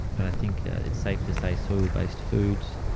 but i think it's safe to say soil-based foods,